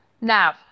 Now